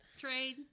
Trade